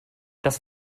das